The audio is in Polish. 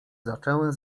zaczęły